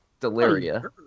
Deliria